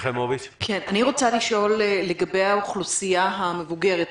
אני רוצה לשאול לגבי האוכלוסייה המבוגרת,